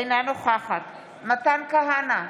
אינה נוכחת מתן כהנא,